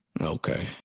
okay